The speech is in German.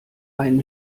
einen